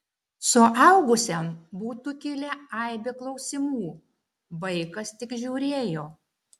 suaugusiam būtų kilę aibė klausimų vaikas tik žiūrėjo